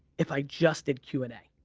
if i just did q and a.